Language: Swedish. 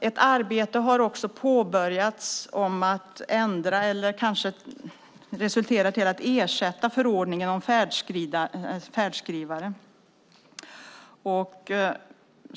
Ett arbete har påbörjats som kanske resulterar i att ersätta förordningen om färdskrivare.